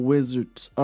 Wizards